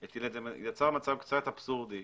הוא מצב אבסורדי,